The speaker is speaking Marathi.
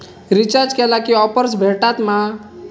रिचार्ज केला की ऑफर्स भेटात मा?